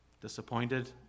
disappointed